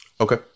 Okay